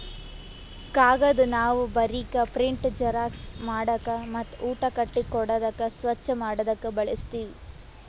ಕಾಗದ್ ನಾವ್ ಬರೀಕ್, ಪ್ರಿಂಟ್, ಜೆರಾಕ್ಸ್ ಮಾಡಕ್ ಮತ್ತ್ ಊಟ ಕಟ್ಟಿ ಕೊಡಾದಕ್ ಸ್ವಚ್ಚ್ ಮಾಡದಕ್ ಬಳಸ್ತೀವಿ